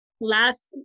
last